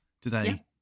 today